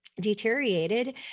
deteriorated